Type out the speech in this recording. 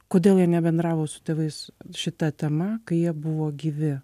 kodėl jie nebendravo su tėvais šita tema kai jie buvo gyvi